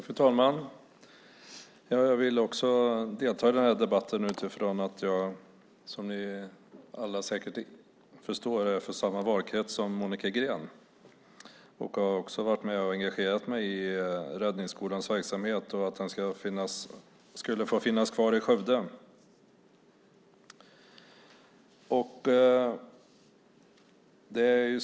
Fru talman! Jag vill också delta i debatten utifrån att jag, som ni alla säkert förstår, är från samma valkrets som Monica Green. Jag har också varit med och engagerat mig i räddningsskolans verksamhet och att den skulle få finnas kvar i Skövde.